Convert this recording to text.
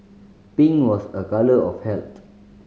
pink was a colour of health